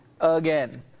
again